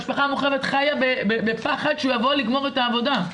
המשפחה המורחבת חיו בפחד שהוא יבוא לגמור את העבודה.